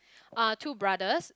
uh two brothers